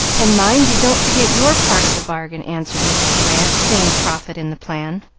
and mind you don't forget your part of the bargain, answered mrs. grant, seeing profit in the plan.